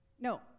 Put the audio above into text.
no